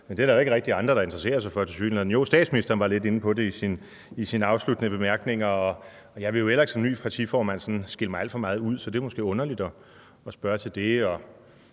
tilsyneladende ikke rigtig andre der interesserer sig for – jo, statsministeren var lidt inde på det i sine afsluttende bemærkninger – og jeg vil jo heller ikke som ny partiformand skille mig alt for meget ud, så det er måske underligt at spørge til det.